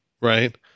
right